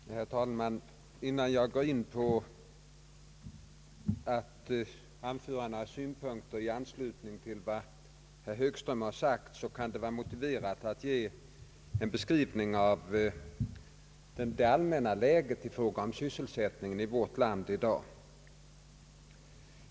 Herr talman! Innan jag framför några synpunkter i anslutning till herr Högströms anförande kan det vara motiverat att ge en beskrivning av det allmänna läget i fråga om sysselsättningen 1 vårt land i dag.